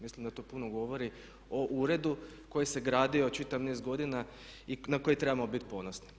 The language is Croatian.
Mislim da to puno govorio o uredu koji se gradio čitav niz godina i na koji trebamo biti ponosni.